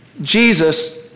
Jesus